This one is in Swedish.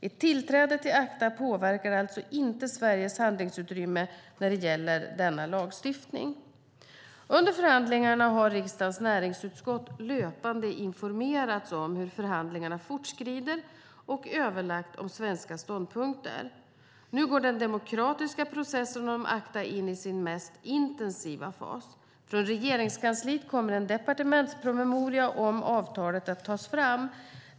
Ett tillträde till ACTA påverkar alltså inte Sveriges handlingsutrymme när det gäller denna lagstiftning. Under förhandlingarna har riksdagens näringsutskott löpande informerats om hur förhandlingarna fortskrider och överlagt om svenska ståndpunkter. Nu går den demokratiska processen om ACTA in i sin mest intensiva fas. Från Regeringskansliet kommer en departementspromemoria om avtalet att tas fram.